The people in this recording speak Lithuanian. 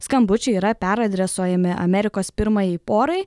skambučiai yra peradresuojami amerikos pirmajai porai